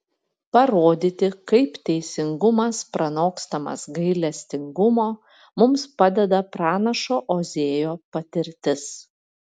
parodyti kaip teisingumas pranokstamas gailestingumo mums padeda pranašo ozėjo patirtis